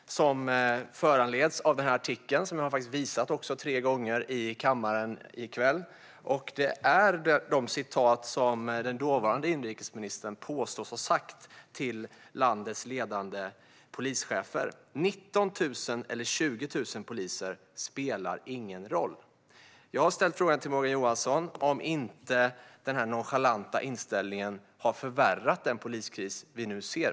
Den föranleds av den artikel som jag har visat tre gånger i kammaren i kväll. Det handlar om sådant som den dåvarande inrikesministern påstås ha sagt till landets ledande polischefer, till exempel: 19 000 eller 20 000 poliser spelar ingen roll. Jag har ställt frågan till Morgan Johansson om inte denna nonchalanta inställning har förvärrat den poliskris som vi nu ser.